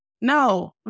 no